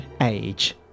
age